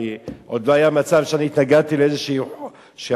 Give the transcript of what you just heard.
עוד לא היה מצב שאני התנגדתי לאיזשהו חוק,